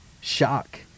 shock